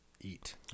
eat